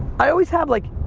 i always have like,